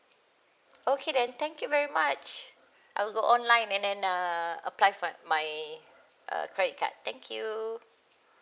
okay then thank you very much I will go online and then uh apply for my uh credit card thank you